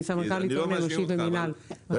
אני סמנכ"לית הון אנושי ומינהל במשרד הבריאות.